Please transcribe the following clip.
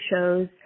shows